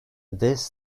this